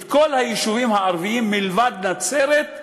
את כל היישובים הערביים מלבד נצרת,